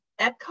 Epcot